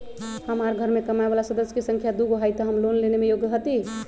हमार घर मैं कमाए वाला सदस्य की संख्या दुगो हाई त हम लोन लेने में योग्य हती?